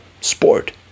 sport